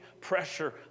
pressure